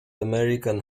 american